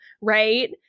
Right